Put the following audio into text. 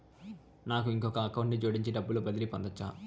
నాకు ఇంకొక అకౌంట్ ని జోడించి డబ్బును బదిలీ పంపొచ్చా?